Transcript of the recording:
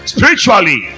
Spiritually